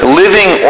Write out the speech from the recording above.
living